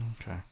Okay